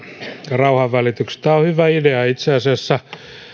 rauhanvälityksestä tämä on hyvä idea itse asiassa